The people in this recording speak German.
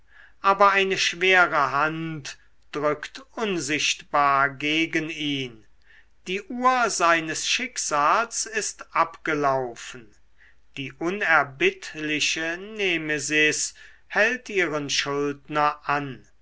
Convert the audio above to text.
aber eine schwere hand drückt unsichtbar gegen ihn die uhr seines schicksals ist abgelaufen die unerbittliche nemesis hält ihren schuldner an